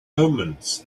omens